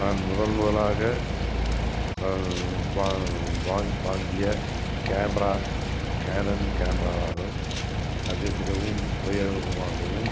நான் முதன்முதலாக வா வாங் வாங்கிய கேமரா கேனன் கேமராவாகும் அது மிகவும் உபயோகமாகவும்